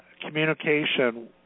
communication